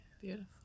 Beautiful